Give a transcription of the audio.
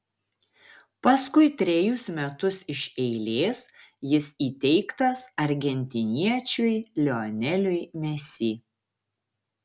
paskui trejus metus iš eilės jis įteiktas argentiniečiui lioneliui messi